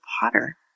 Potter